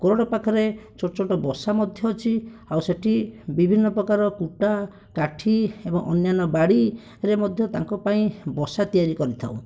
କୋରଡ଼ ପାଖରେ ଛୋଟ ଛୋଟ ବସା ମଧ୍ୟ ଅଛି ଆଉ ସେଇଠି ବିଭିନ୍ନ ପ୍ରକାର କୁଟା କାଠି ଏବଂ ଅନ୍ୟାନ୍ୟ ବାଡ଼ିରେ ମଧ୍ୟ ତାଙ୍କପାଇଁ ବସା ତିଆରି କରିଥାଉ